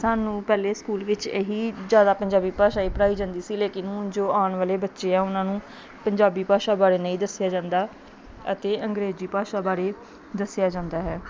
ਸਾਨੂੰ ਪਹਿਲੇ ਸਕੂਲ ਵਿੱਚ ਇਹ ਹੀ ਜ਼ਿਆਦਾ ਪੰਜਾਬੀ ਭਾਸ਼ਾ ਹੀ ਪੜ੍ਹਾਈ ਜਾਂਦੀ ਸੀ ਲੇਕਿਨ ਹੁਣ ਜੋ ਆਉਣ ਵਾਲੇ ਬੱਚੇ ਆ ਉਹਨਾਂ ਨੂੰ ਪੰਜਾਬੀ ਭਾਸ਼ਾ ਬਾਰੇ ਨਹੀਂ ਦੱਸਿਆ ਜਾਂਦਾ ਅਤੇ ਅੰਗਰੇਜ਼ੀ ਭਾਸ਼ਾ ਬਾਰੇ ਦੱਸਿਆ ਜਾਂਦਾ ਹੈ